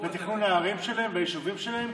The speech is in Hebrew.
לתכנון הערים שלהן היישובים שלהן.